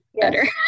better